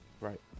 Right